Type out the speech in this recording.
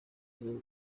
igihe